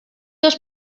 els